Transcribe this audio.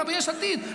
אתה ביש עתיד,